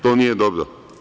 To nije dobro.